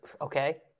okay